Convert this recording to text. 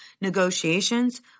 negotiations